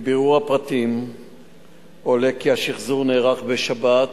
מבירור הפרטים עולה כי השחזור נערך בשבת